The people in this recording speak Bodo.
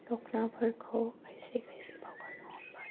दखनाफोरखौ खायसे खायसे बावगारनो हमबाय